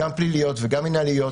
גם פליליות וגם מינהליות,